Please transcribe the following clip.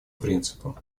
принципу